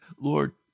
Lord